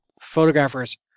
photographers